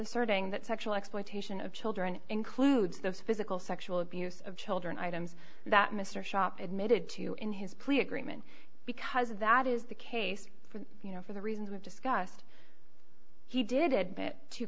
asserting that sexual exploitation of children includes the physical sexual abuse of children items that mr shop admitted to in his plea agreement because that is the case for you know for the reasons we've discussed he did bit